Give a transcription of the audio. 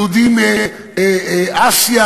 יהודי מאסיה,